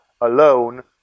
alone